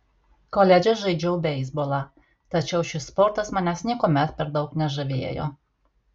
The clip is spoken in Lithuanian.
koledže žaidžiau beisbolą tačiau šis sportas manęs niekuomet per daug nežavėjo